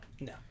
No